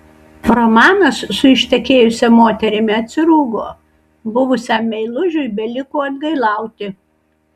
romanas su ištekėjusia moterimi atsirūgo buvusiam meilužiui beliko atgailauti